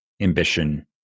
ambition